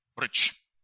rich